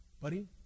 Buddy